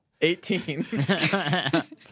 18